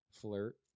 Flirt